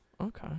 Okay